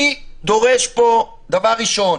אני דורש פה, דבר ראשון,